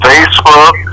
facebook